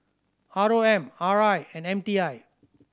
R O M R I and M T I